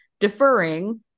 Deferring